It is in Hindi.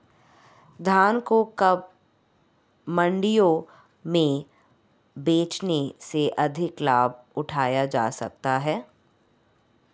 धान को कब मंडियों में बेचने से अधिक लाभ उठाया जा सकता है?